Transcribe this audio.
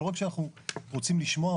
ולא רק שאנחנו רוצים לשמוע,